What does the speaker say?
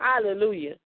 hallelujah